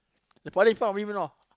the poly in front of you you don't even know